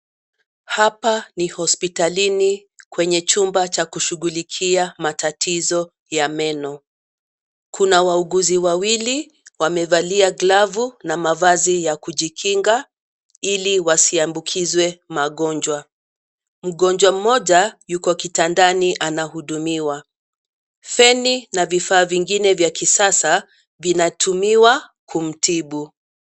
Hapa ni hospitalini , kwenye chumba cha kushughulikia matatizo ya meno. Kuna wauguzi wawili wamevalia glavu na mavazi ya kujikinga ili wasiambukizwe magonjwa. Mgonjwa mmoja yuko kitandani anahudumiwa. Feni na vifaa vingine vya kisasa, vinatumiwa kumtibu.